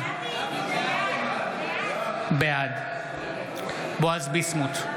בעד בועז ביסמוט,